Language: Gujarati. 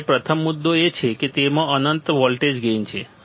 ત્યારે પ્રથમ મુદ્દો એ છે કે તેમાં અનંત વોલ્ટેજ ગેઇન છે